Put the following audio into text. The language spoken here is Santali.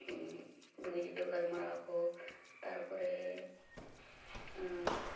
ᱵᱩᱜᱤ ᱡᱩᱫᱟᱹ ᱜᱟᱞ ᱢᱟᱨᱟᱣ ᱟᱠᱚ ᱛᱟᱨᱯᱚᱨᱮ